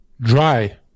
Dry